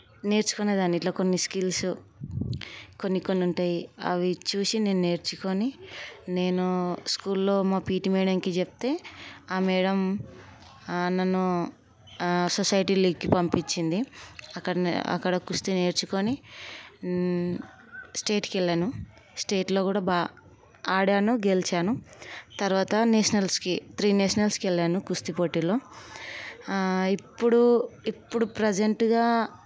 నేర్చుకునేదాన్ని ఇట్లా కొన్ని స్కిల్స్ కొన్ని కొన్ని ఉంటాయి అవి చూసి నేను నేర్చుకొని నేను స్కూల్లో మా పీటీ మేడంకి చెప్తే ఆ మేడం నన్ను సొసైటీలోకి పంపించింది అక్కడ అక్కడ కుస్తీ నేర్చుకొని స్టేట్కి వెళ్ళాను స్టేట్లో కూడా బాగా ఆడాను గెలిచాను తర్వాత నేషనల్స్కి త్రీ నేషనల్స్కి వెళ్ళాను కుస్తీ పోటీల్లో ఇప్పుడు ఇప్పుడు ప్రజెంట్గా